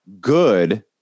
good